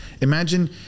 Imagine